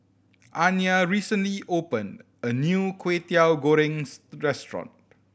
Anya recently opened a new Kwetiau Goreng restaurant